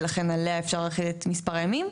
ולכן עליה אפשר להחיל את מספר הימים,